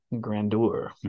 Grandeur